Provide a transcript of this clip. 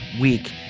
week